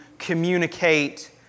communicate